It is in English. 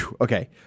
Okay